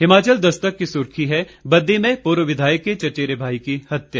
हिमाचल दस्तक की सुर्खी है बद्दी में पूर्व विधायक के चचेरे भाई की हत्या